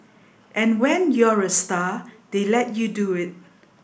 and when you're a star they let you do it